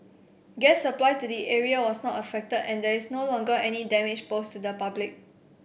gas supply to the area was not affected and there is no longer any danger posed to the public